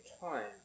time